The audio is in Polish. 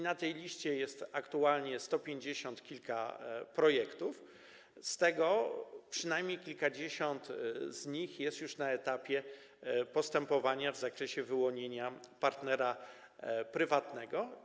Na tej liście jest aktualnie sto pięćdziesiąt kilka projektów, z czego przynajmniej kilkadziesiąt jest już na etapie postępowania w zakresie wyłonienia partnera prywatnego.